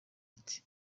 ati